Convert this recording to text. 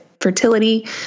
fertility